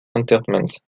entertainment